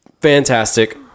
fantastic